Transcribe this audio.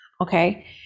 okay